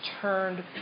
turned